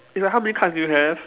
is like how many cards do you have